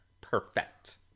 perfect